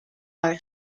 are